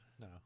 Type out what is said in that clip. No